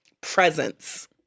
presence